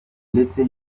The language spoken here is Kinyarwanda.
ndetse